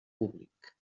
públic